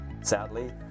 Sadly